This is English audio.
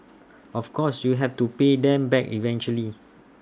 of course you have to pay them back eventually